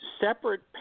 separate